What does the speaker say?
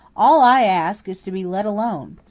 all i ask is to be let alone.